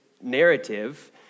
narrative